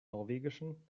norwegischen